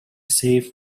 safe